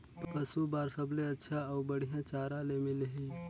पशु बार सबले अच्छा अउ बढ़िया चारा ले मिलही?